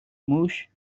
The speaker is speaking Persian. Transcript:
موش